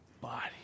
body